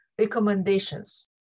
recommendations